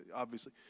ah obviously.